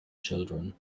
children